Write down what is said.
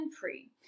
free